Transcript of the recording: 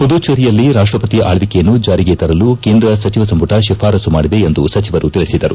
ಮದುಚೇರಿಯಲ್ಲಿ ರಾಷ್ಟಪತಿ ಆಲ್ಲಿಕೆಯನ್ನು ಜಾರಿಗೆ ತರಲು ಕೇಂದ್ರ ಸಚಿವ ಸಂಪುಟ ಶಿಫಾರಸು ಮಾಡಿದೆ ಎಂದು ಸಚಿವರು ತಿಳಿಸಿದರು